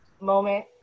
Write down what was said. moment